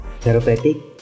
therapeutic